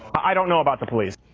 i don't know about the please